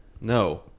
No